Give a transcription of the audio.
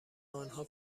آنها